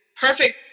perfect